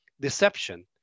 deception